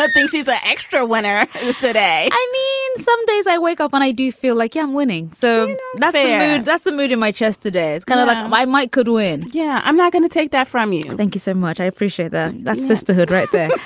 but thank you. the extra winner today. i mean, some days i wake up and i do feel like yeah i'm winning. so that's ah that's the mood in my chest today. it's kind of like my mike could win. yeah. i'm not going to take that from you. thank you so much. i appreciate that. that's sisterhood right there.